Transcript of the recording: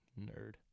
Nerd